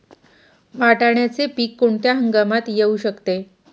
वाटाण्याचे पीक कोणत्या हंगामात येऊ शकते?